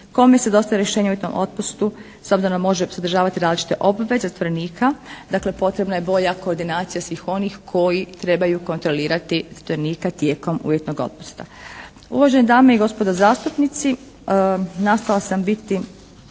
kome se dostavlja rješenje o uvjetnom otpustu, s obzirom da može sadržavati različite obveze zatvorenika. Dakle, potrebna je bolja koordinacija svih onih trebaju kontrolirati zatvorenika tijekom uvjetnog otpusta. Uvažene dame i gospodo zastupnici, nastojala sam biti